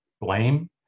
Blame